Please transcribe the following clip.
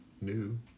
new